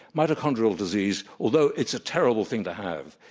mitochondrial disease, although it's a terrible thing to have,